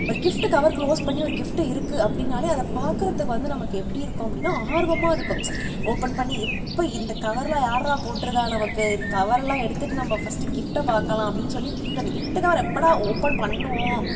ஒரு gift cover close பண்ணி ஒரு கிஃப்ட்டு இருக்குது அப்படின்னாலே அதை பார்க்கறதுக்கு வந்து நமக்கு எப்படி இருக்கும் அப்படின்னா ஆர்வமாக இருக்கும் ஓப்பன் பண்ணி எப்போ இந்த கவரெலாம் யார்றா போட்டிருக்கா நமக்கு இந்த கவரெலாம் எடுத்துகிட்டு நம்ப ஃபஸ்ட்டு கிஃப்ட்டை பார்க்கலாம் அப்படின்னு சொல்லி கிஃப்ட்டை அந்த கிஃப்ட்டு கவர் எப்படா ஓப்பன் பண்ணுவோம்